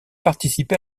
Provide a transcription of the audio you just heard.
participé